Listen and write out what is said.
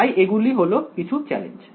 তাই এগুলি হলো কিছু চ্যালেঞ্জ